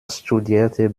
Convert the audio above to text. studierte